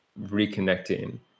reconnecting